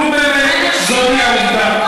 נו, באמת, זאת היא העובדה.